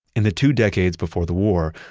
in the two decades before the war,